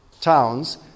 towns